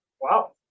wow